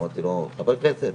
אמרתי לו 'אני חבר כנסת'.